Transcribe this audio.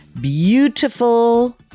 beautiful